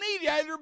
mediator